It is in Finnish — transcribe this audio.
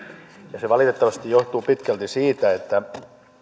ja se valitettavasti johtuu pitkälti siitä että